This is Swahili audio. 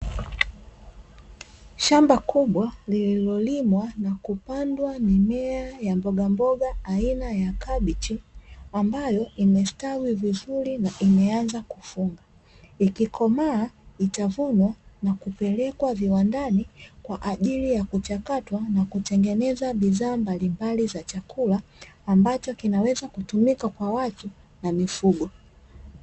Shamba kubwa lililolimwa na kupandwa mimea ya mbogamboga aina ya kabichi ambayo imestawi vizuri na imeanza kuvunwa. Ikikomaa itavunwa na kupelekwa viwandani kwa ajili ya kuchakatwa na kutengeneza bidhaa mbalimbali za chakula, ambacho kinaweza kutumika kwa watu na mifugo.